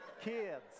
kids